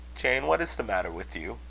jane, what is the matter with you?